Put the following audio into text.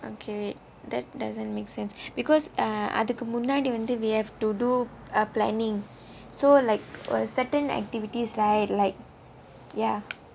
okay wait that doesn't make sense because uh அதுக்கு முன்னாடி:athukku munnaadi we have to do uh planning so like a certain activities right like ya